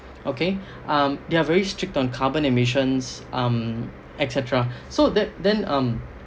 okay um they are very strict on carbon emissions um et cetera so that then um